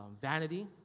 vanity